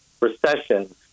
recession